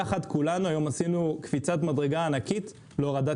יחד כולנו היום עשינו קפיצת מדרגה ענקית להורדת